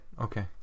okay